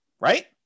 right